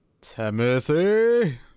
Timothy